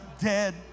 dead